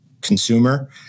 consumer